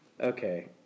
Okay